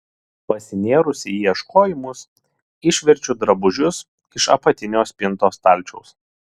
pasinėrusi į ieškojimus išverčiu drabužius iš apatinio spintos stalčiaus